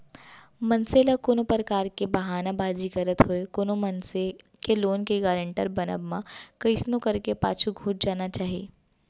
मनसे ल कोनो परकार के बहाना बाजी करत होय कोनो मनसे के लोन के गारेंटर बनब म कइसनो करके पाछू घुंच जाना चाही